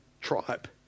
tribe